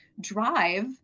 drive